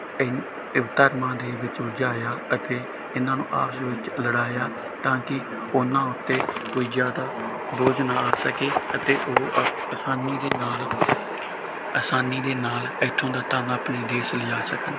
ਇ ਇਹ ਧਰਮਾਂ ਦੇ ਵਿੱਚ ਉਲਝਾਇਆ ਅਤੇ ਇਹਨਾਂ ਨੂੰ ਆਪਸ ਵਿੱਚ ਲੜਾਇਆ ਤਾਂ ਕਿ ਉਹਨਾਂ ਉੱਤੇ ਕੋਈ ਜ਼ਿਆਦਾ ਬੋਝ ਨਾ ਆ ਸਕੇ ਅਤੇ ਉਹ ਆ ਆਸਾਨੀ ਦੇ ਨਾਲ ਆਸਾਨੀ ਦੇ ਨਾਲ ਇੱਥੋਂ ਦਾ ਧਨ ਆਪਣੇ ਦੇਸ਼ ਲਿਜਾ ਸਕਣ